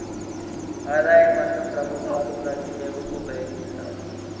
ఆదాయ పన్ను ప్రభుత్వాలు ప్రజాసేవకు ఉపయోగిస్తారు